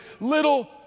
little